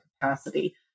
capacity